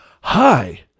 Hi